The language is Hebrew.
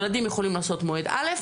ילדים יכולים לעשות מועד א',